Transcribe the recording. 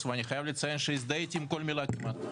ואני חייב לציין שהזדהיתי עם כל מילה כמעט.